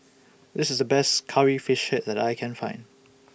This IS The Best Curry Fish Head that I Can Find